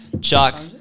Chuck